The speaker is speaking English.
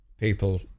people